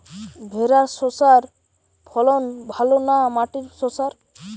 ভেরার শশার ফলন ভালো না মাটির শশার?